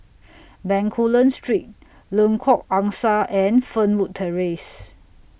Bencoolen Street Lengkok Angsa and Fernwood Terrace